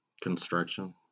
Construction